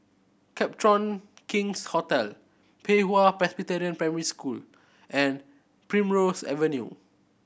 Copthorne King's Hotel Pei Hwa Presbyterian Primary School and Primrose Avenue